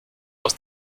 aus